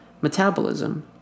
metabolism